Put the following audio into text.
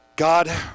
God